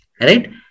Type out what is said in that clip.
right